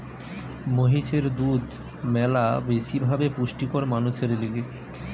মহিষের দুধ ম্যালা বেশি ভাবে পুষ্টিকর মানুষের লিগে